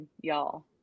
y'all